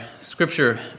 scripture